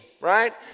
right